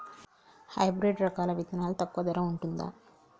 Hybrid రకాల విత్తనాలు తక్కువ ధర ఉంటుందా?